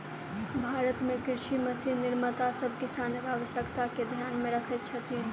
भारत मे कृषि मशीन निर्माता सभ किसानक आवश्यकता के ध्यान मे रखैत छथि